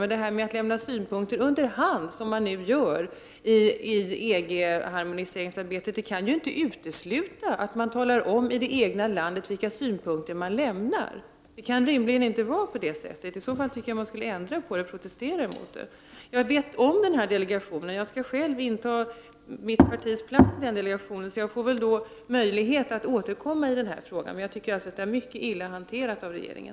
Men att lämna synpunkter under hand, som nu görs, i EG-harmoniseringsarbetet kan ju inte utesluta att man talar om i det egna landet vilka synpunkter som lämnas. Det kan rimligen inte vara så. I så fall tycker jag att man skall protestera mot det. Jag känner till denna delegation. Jag skall själv inta mitt partis plats där. Jag får väl då möjlighet att återkomma i frågan. Men jag tycker att den är mycket illa hanterad av regeringen.